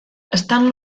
estan